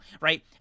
right